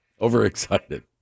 overexcited